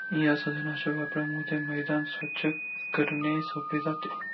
या साधनाच्या वापरामुळे मैदान स्वच्छ करणे सोपे जाते